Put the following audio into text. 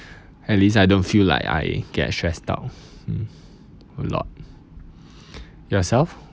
at least I don't feel like I get stressed out mm a lot yourself